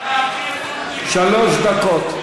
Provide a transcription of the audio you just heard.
שלוש דקות.